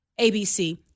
ABC